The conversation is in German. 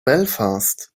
belfast